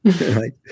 right